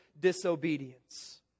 disobedience